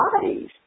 bodies